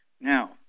Now